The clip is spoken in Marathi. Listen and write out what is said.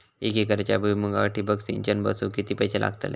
एक एकरच्या भुईमुगाक ठिबक सिंचन बसवूक किती पैशे लागतले?